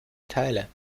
teile